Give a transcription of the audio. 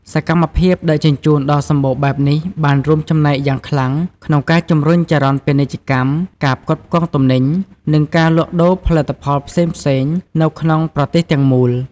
សកម្មភាពដឹកជញ្ជូនដ៏សម្បូរបែបនេះបានរួមចំណែកយ៉ាងខ្លាំងក្នុងការជំរុញចរន្តពាណិជ្ជកម្ម ការផ្គត់ផ្គង់ទំនិញ និងការលក់ដូរផលិតផលផ្សេងៗនៅក្នុងប្រទេសទាំងមូល។